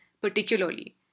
particularly